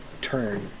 turn